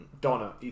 Donna